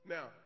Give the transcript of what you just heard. Now